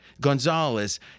Gonzalez